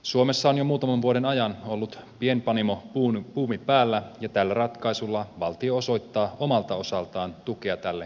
suomessa on jo muutaman vuoden ajan ollut pienpanimobuumi päällä ja tällä ratkaisulla valtio osoittaa omalta osaltaan tukea tälle kehitykselle